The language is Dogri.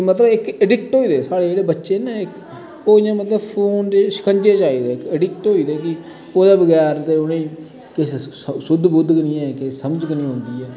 कि मतलव इक अड़िक्ट होई दे जेह्ड़े साढ़े बच्चे न ओह् मतलव इयां पोन दे शिकंजे च आई दे अड़िक्ट होई दे ओह्दे बगैर ते उनैं सुधिद बुध्द गै नी ऐ के समज गै नी ऐ